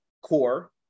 core